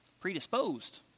Predisposed